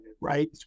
right